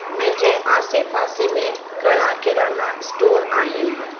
मुंहिंजे आसे पासे में घणा किराना स्टोर आहिनि